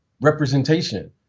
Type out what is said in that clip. representation